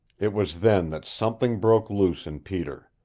it was then that something broke loose in peter.